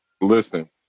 Listen